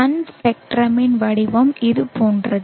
Sun ஸ்பெக்ட்ரமின் வடிவம் இது போன்றது